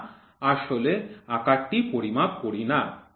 আমরা আসল আকারটি পরিমাপ করি না